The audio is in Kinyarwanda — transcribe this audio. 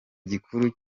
gikuru